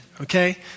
Okay